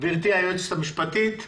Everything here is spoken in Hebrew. גברתי היועצת המשפטית.